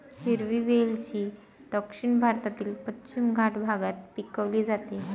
हिरवी वेलची दक्षिण भारतातील पश्चिम घाट भागात पिकवली जाते